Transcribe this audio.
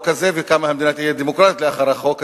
הזה וכמה המדינה תהיה דמוקרטית לאחר החוק הזה,